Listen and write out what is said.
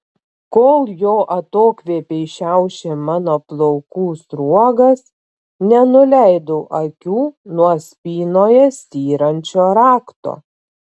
kol jo atokvėpiai šiaušė mano plaukų sruogas nenuleidau akių nuo spynoje styrančio rakto